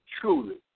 truly